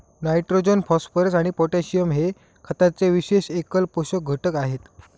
nitrogen, phosphorus आणि potassium हे खताचे विशेष एकल पोषक घटक आहेत